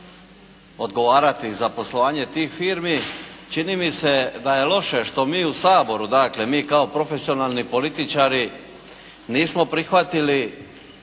odgovarati za poslovanje tih firmi čini mi se da je loše što mi u Saboru dakle mi kao profesionalni političari nismo prihvatili